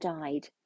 died